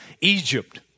Egypt